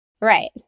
Right